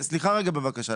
סליחה רגע בבקשה.